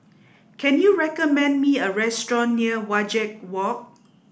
can you recommend me a restaurant near Wajek Walk